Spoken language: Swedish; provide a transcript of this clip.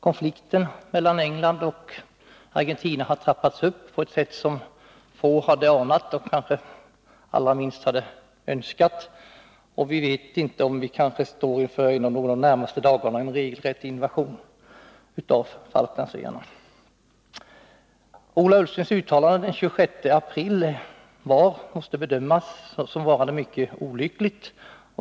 Konflikten mellan England och Argentina har trappats upp på ett sätt som få hade anat och kanske allra minst önskat. Vi vet inte om vi de närmaste dagarna kanske ställs inför en regelrätt invasion av Falklandsöarna. Ola Ullstens uttalande den 26 april måste bedömas såsom varande mycket olyckligt.